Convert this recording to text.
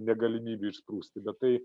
negalimybių išsprūsti bet tai